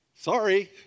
Sorry